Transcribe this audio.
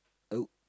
oh